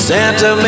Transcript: Santa